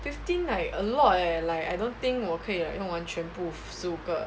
fifteen like a lot leh like I don't think 我可以 like 用完全部十五个